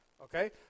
Okay